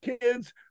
kids